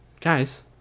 guys